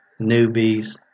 newbies